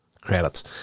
Credits